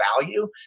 value